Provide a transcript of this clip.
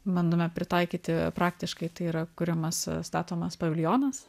bandome pritaikyti praktiškai tai yra kuriamas statomas paviljonas